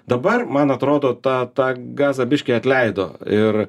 dabar man atrodo tą tą gazą biškį atleido ir